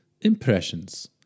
Impressions